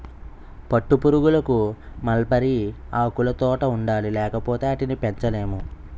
పట్టుపురుగులకు మల్బరీ ఆకులుతోట ఉండాలి లేపోతే ఆటిని పెంచలేము